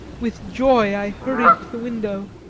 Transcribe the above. with joy i hurried to the window,